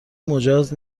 مجاز